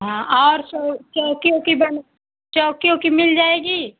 हाँ और चौकी ओकी बन चौकी ओकी मिल जाएगी